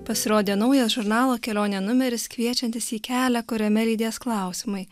pasirodė naujas žurnalo kelionė numeris kviečiantis į kelią kuriame lydės klausimai